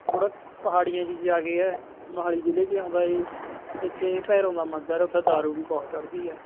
ਥੋੜ੍ਹਾ ਪਹਾੜੀਆਂ ਜਿਹੀ 'ਚ ਜਾ ਕੇ ਹੈ ਮੋਹਾਲੀ ਜ਼ਿਲ੍ਹੇ 'ਚ ਹੀ ਆਉਂਦਾ ਹੈ ਇੱਥੇ ਭੈਰੋ ਦਾ ਮੰਦਿਰ ਹੈ ਉੱਥੇ ਦਾਰੂ ਵੀ ਬਹੁਤ ਚੜ੍ਹਦੀ ਹੈ